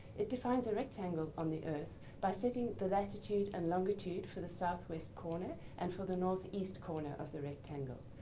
it defines a rectangle on the earth by setting the latitude and longitude for the southwest corner and for the northeast corner of the rectangle.